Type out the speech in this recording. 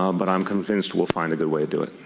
um but i'm convinced we'll find a good way to do it.